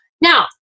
Now